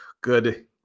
good